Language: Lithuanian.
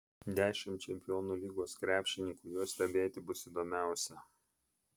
dešimt čempionų lygos krepšininkų juos stebėti bus įdomiausia